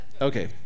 Okay